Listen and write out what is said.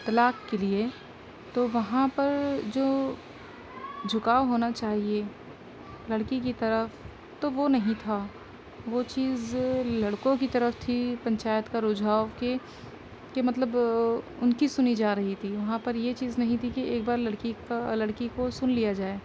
طلاق کے لیے تو وہاں پر جو جھکاؤ ہونا چاہیے لڑکی کی طرف تو وہ نہیں تھا وہ چیز لڑکوں کی طرف تھی پنچایت کا رجھاؤ کہ کہ مطلب ان کی سنی جا رہی تھی وہاں پر یہ چیز نہیں تھی کہ ایک بار لڑکی کا لڑکی کو سن لیا جائے